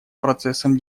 процессом